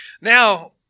now